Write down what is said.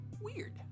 weird